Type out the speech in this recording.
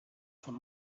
von